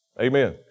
Amen